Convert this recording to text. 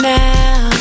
now